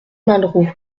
malraux